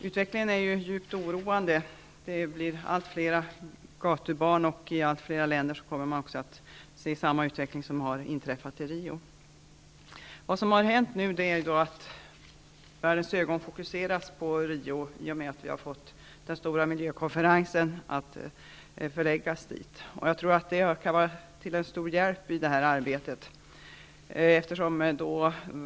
Utvecklingen är djupt oroande. Det blir allt fler gatubarn. Man kommer i allt fler länder att se samma utveckling som i Rio. Nu fokuseras världens blickar på Rio, i och med att vi har fått den stora miljökonferensen att förläggas dit. Det kan vara till stor hjälp i detta arbete.